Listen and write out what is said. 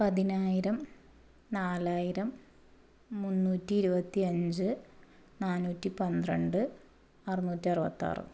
പതിനായിരം നാലായിരം മുന്നൂറ്റി ഇരുപത്തിയഞ്ച് നാനൂറ്റി പന്ത്രണ്ട് അറുനൂറ്റി അറുപത്താറ്